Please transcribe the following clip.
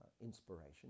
inspiration